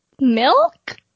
milk